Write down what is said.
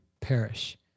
perish